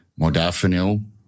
Modafinil